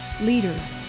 leaders